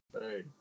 Hey